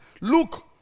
Look